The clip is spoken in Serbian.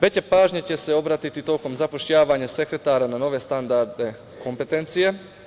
Veća pažnja će se obratiti tokom zapošljavanja sekretara na nove standardne kompetencije.